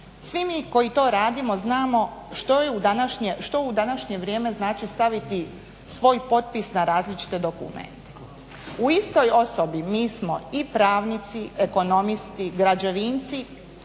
Svi mi koji to radimo znamo što je u današnje, što u današnje vrijeme znači staviti svoj potpis na različite dokumente. U istoj osobi mi smo i pravnici, ekonomisti, građevinci,